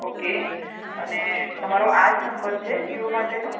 okay અને તમારો આ જ નંબર છે જીઓ માટેનો